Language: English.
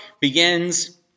begins